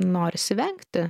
norisi vengti